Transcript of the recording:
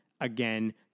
again